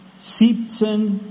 17